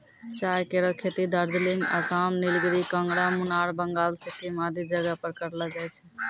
चाय केरो खेती दार्जिलिंग, आसाम, नीलगिरी, कांगड़ा, मुनार, बंगाल, सिक्किम आदि जगह पर करलो जाय छै